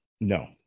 No